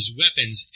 weapons